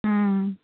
ও